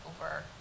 over